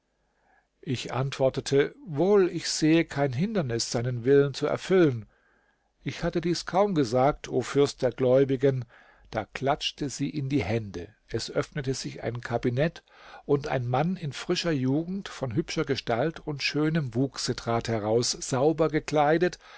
ich antwortete wohl ich sehe kein hindernis seinen willen zu erfüllen ich hatte dies kaum gesagt o fürst der gläubigen da klatschte sie in die hände es öffnete sich ein kabinett und ein mann in frischer jugend von hübscher gestalt und schönem wuchse trat heraus sauber gekleidet